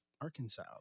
Arkansas